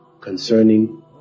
concerning